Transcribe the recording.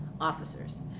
officers